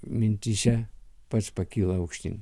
mintyse pats pakyla aukštyn